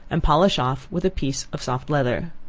and polish off with a piece of soft leather.